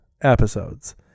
episodes